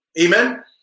Amen